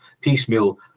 piecemeal